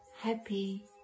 happy